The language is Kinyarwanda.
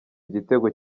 gitego